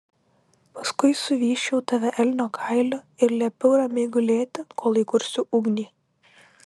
paskui suvysčiau tave elnio kailiu ir liepiau ramiai gulėti kol įkursiu ugnį